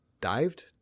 Dived